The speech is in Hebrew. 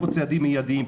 צעדים מידיים,